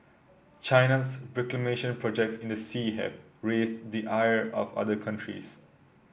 China's reclamation projects in the sea have raised the ire of other countries